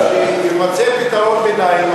אני מבקש שיימצא פתרון ביניים,